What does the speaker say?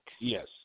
Yes